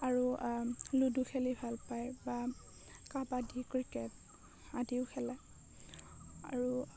আৰু লুডু খেলি ভাল পায় বা কাবাডী ক্ৰিকেট আদিও খেলে আৰু